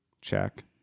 check